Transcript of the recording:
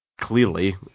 clearly